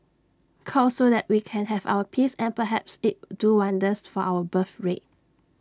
cull so that we can have our peace and perhaps it'll do wonders for our birthrate